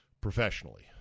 professionally